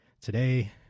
today